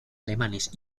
alemanes